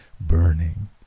burning